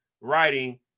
writing